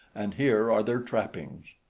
and here are their trappings.